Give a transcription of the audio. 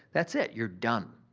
that's it, you're done.